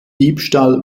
diebstahl